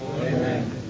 Amen